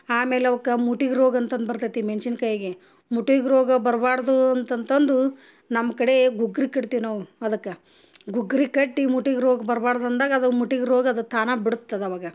ಆಮೇಲೆ ಅವ್ಕ ಮೂಟಿಗೆ ರೋಗ ಅಂತಂತ ಬರ್ತೈತಿ ಮೆಣ್ಶಿನಕಾಯಿಗೆ ಮೂಟಿಗೆ ರೋಗ ಬರ್ಬಾರದು ಅಂತಂತಂದು ನಮ್ಕಡೆ ಗುಗ್ರಿ ಕಟ್ತೇವೆ ನಾವು ಅದಕ್ಕೆ ಗುಗ್ರಿ ಕಟ್ಟಿ ಮೂಟಿಗೆ ರೋಗ ಬರ್ಬಾರದು ಅಂದಾಗ ಅದು ಮೂಟಿಗೆ ರೋಗ ಅದು ತಾನ ಬಿಡುತ್ತದೆ ಆವಾಗ